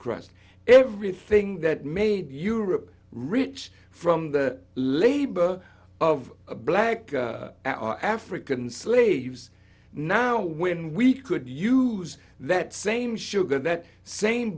crushed everything that made europe rich from the labor of a black african slaves now when we could use that same sugar that same